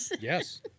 Yes